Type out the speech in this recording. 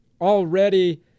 already